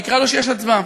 נקרא לו כשיש הצבעה.